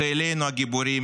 חיילינו הגיבורים,